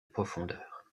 profondeur